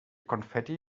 konfetti